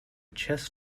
chess